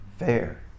fair